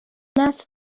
است